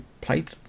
played